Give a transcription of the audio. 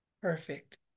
perfect